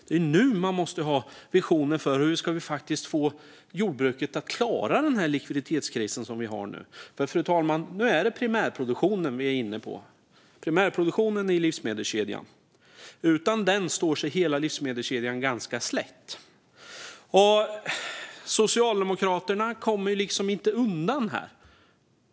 Det är nu som vi måste ha visioner om hur vi faktiskt ska få jordbruket att klara den likviditetskris som vi har nu. Fru talman! Nu är det primärproduktionen i livsmedelskedjan som vi är inne på. Utan den står sig hela livsmedelskedjan ganska slätt. Socialdemokraterna kommer inte undan här.